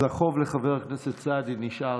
אז החוב לחבר הכנסת סעדי נשאר,